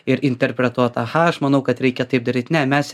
ir interpretuot aha aš manau kad reikia taip daryt ne mes